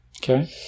Okay